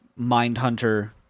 Mindhunter